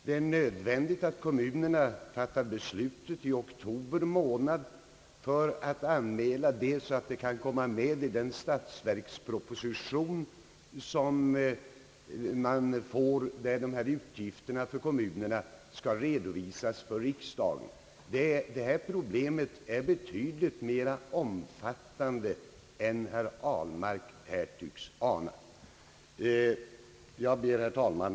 Det är nödvändigt att kommunerna fattar beslut i oktober månad för att det skall komma med i statsverkspropositionen genom vilken utgifterna för kommunerna skall redovisas för riksdagen. Detta problem är betydligt mera omfattande än herr Ahlmark tycks ana. Herr talman!